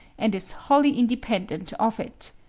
and is wholly independent of it.